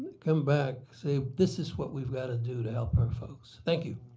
come back. say this is what we've got to do to help our folks. thank you.